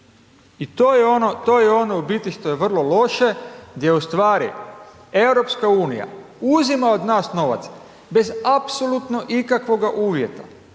to je ono u biti što je vrlo loše gdje u stvari EU uzima od nas novac bez apsolutno ikakvoga uvjeta.